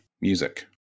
Music